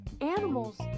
animals